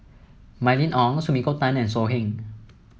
Mylene Ong Sumiko Tan and So Heng